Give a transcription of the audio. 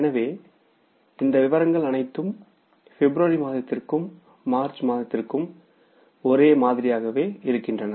எனவே இந்த விவரங்கள் அனைத்தும் பிப்ரவரி மாதத்திற்கும் மார்ச் மாதத்திற்கும் ஒரே மாதிரியாகவே இருக்கின்றன